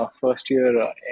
first-year